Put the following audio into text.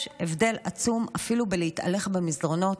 יש הבדל עצום אפילו בלהתהלך במסדרונות.